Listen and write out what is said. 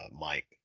Mike